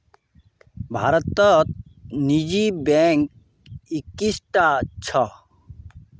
भारतत निजी बैंक इक्कीसटा छ